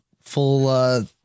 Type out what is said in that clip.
full